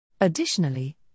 Additionally